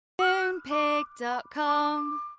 Moonpig.com